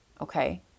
okay